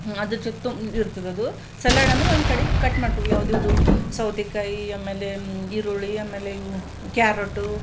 ಅದರ ಜೊತೆ ಇರ್ತದದು ಸಲಾಡ್ ಅಂದ್ರೆ ಒಂದು ಕಡೆ ಕಟ್ ಮಾಡ್ಕೋಬೇಕು ಯಾವ್ದು ಇವ್ದು ಸೌತೆಕಾಯಿ ಆಮೇಲೆ ಈರುಳ್ಳಿ ಆಮೇಲೆ ಇವು ಕ್ಯಾರೊಟು